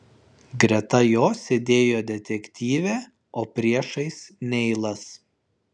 greta jo sėdėjo detektyvė o priešais neilas